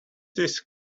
this